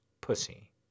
pussy